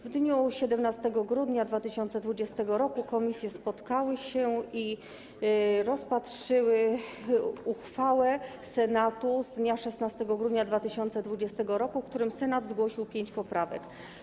W dniu 17 grudnia 2020 r. komisje spotkały się i rozpatrzyły uchwałę Senatu z dnia 16 grudnia 2020 r., w której Senat zgłosił pięć poprawek.